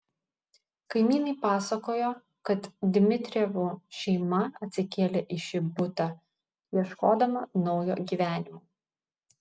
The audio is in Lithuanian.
kaimynai pasakojo kad dmitrijevų šeima atsikėlė į šį butą ieškodama naujo gyvenimo